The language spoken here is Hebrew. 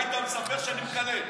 והיית מספר שאני מקלל,